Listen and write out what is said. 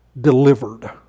delivered